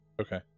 Okay